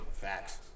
Facts